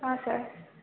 ಹಾಂ ಸರ್